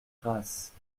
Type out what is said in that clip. grasse